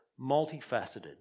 multifaceted